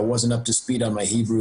לא למדתי מספיק עברית,